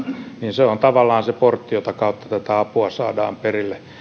on tavallaan se portti jota kautta apua saadaan perille